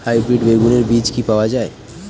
Hybrid বেগুনের বীজ কি পাওয়া য়ায়?